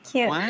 Cute